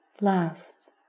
last